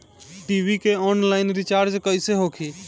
TV के online recharge कैसे होखी?